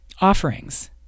offerings